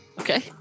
Okay